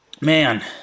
man